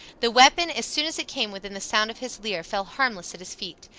the weapon, as soon as it came within the sound of his lyre, fell harmless at his feet.